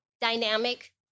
dynamic